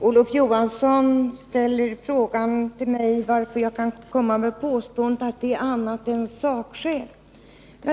Herr talman! Olof Johansson frågade hur jag kunde komma med påståendet att det är annat än sakskäl som anförs.